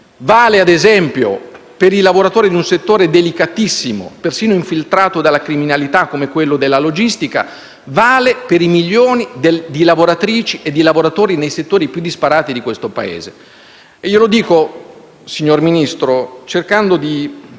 e, ad esempio, per i lavoratori in un settore delicatissimo, perfino infiltrato dalla criminalità, come la logistica, e per i milioni di lavoratrici e lavoratori nei settori più disparati di questo Paese. Glielo dico, signor Ministro, cercando di